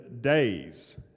days